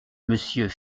monsieur